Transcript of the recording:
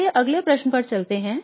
चलिए अगले प्रश्न पर चलते हैं